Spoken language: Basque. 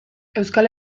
euskal